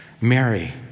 Mary